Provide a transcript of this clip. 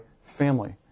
family